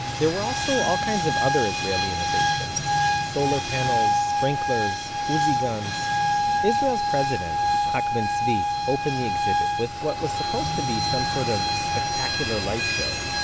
there were also all kinds of other israeli innovations solar panels, sprinklers, uzi guns israel's president, yitzhak ben zvi, opened the exhibit with what was supposed to be some sort of spectacular light show.